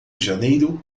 janeiro